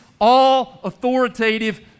all-authoritative